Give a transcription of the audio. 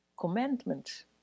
commandments